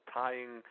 tying